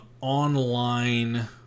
online